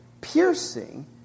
Piercing